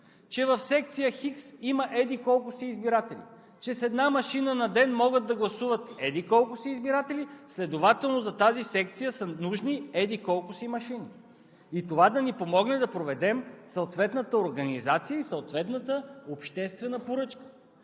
че в секция „Х“ има еди-колко си избиратели, че с една машина на ден могат да гласуват еди-колко си избиратели, следователно за тази секция са нужни еди-колко си машини и това да ни помогне да проведем съответната организация и съответната обществена поръчка.